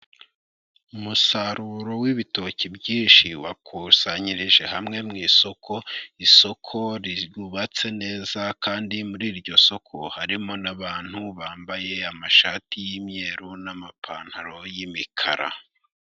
Umusaruro w'ibitoki byinshi wakusanyirijwe hamwe mu isoko, isoko ryubatse neza kandi muri iryo soko harimo n'abantu bambaye amashati y'imyeru n'amapantaro y'imikara.